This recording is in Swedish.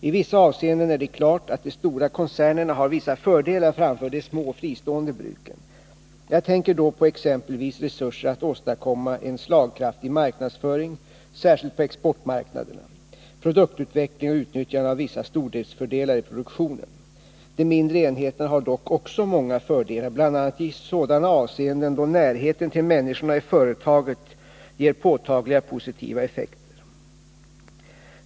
I vissa avseenden är det klart att de stora koncernerna har vissa fördelar framför de små fristående bruken. Jag tänker då på exempelvis resurser att åstadkomma en slagkraftig marknadsföring, särskilt på exportmarknaderna, produktutveckling och utnyttjande av vissa stordriftsfördelar i produktionen. De mindre enheterna har dock också många fördelar, bl.a. i sådana avseenden då närheten mellan människorna i företaget ger påtagliga positiva effekter.